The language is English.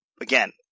again